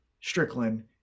Strickland